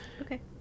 Okay